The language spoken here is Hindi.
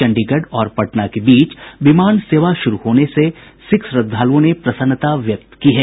चंडीगढ़ और पटना के बीच विमान सेवा शुरू होने पर सिख श्रद्धालुओं ने प्रसन्नता व्यक्त की है